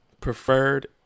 Preferred